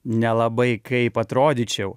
nelabai kaip atrodyčiau